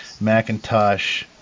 Macintosh